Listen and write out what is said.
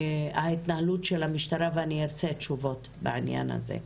וההתנהלות של המשטרה ואני ארצה תשובות בעניין הזה.